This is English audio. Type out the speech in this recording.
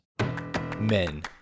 Men